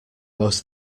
most